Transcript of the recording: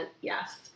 yes